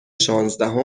شانزدهم